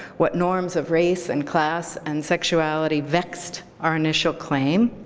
what norms of race and class and sexuality vexed our initial claim.